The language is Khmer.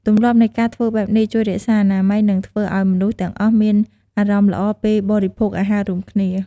ទម្លាប់នៃការធ្វើបែបនេះជួយរក្សាអនាម័យ និងធ្វើឲ្យមនុស្សទាំងអស់មានអារម្មណ៍ល្អពេលបរិភោគអាហាររួមគ្នា។